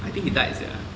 I think he died sia